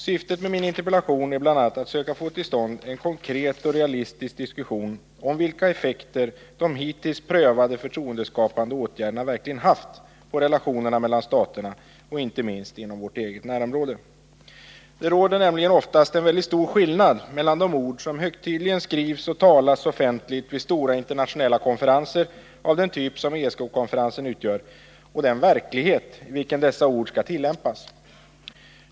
Syftet med min interpellation är bl.a. att söka få till stånd en konkret och realistisk diskussion om vilka effekter de hittills prövade förtroendeskapande åtgärderna verkligen haft på relationerna mellan staterna, inte minst inom vårt eget närområde. Det råder nämligen oftast en väldigt stor skillnad mellan de ord som högtidligen skrivs och talas offentligt vid stora internationella konferenser av den typ som ESK-konferenserna utgör och den verklighet i vilken dessa ord skall tillämpas.